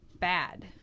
bad